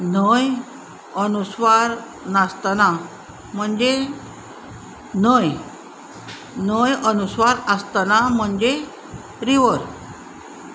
न्हंय अनुस्वार नासतना म्हणजे न्हय न्हंय अनुस्वार आसतना म्हणजे रिवर